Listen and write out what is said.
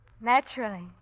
Naturally